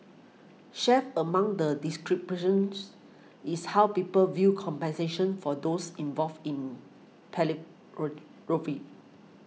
chief among the distributions is how people view compensation for those involved in